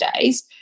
days